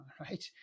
right